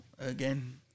again